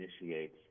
initiates